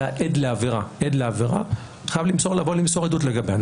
אזרח שהיה עד לעבירה חייב לבוא ולמסור עדות לגביה.